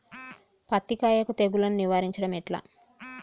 పత్తి కాయకు తెగుళ్లను నివారించడం ఎట్లా?